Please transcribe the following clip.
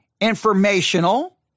Informational